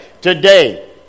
today